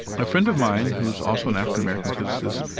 a friend of mine, who's also an african-american physicist,